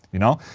you know?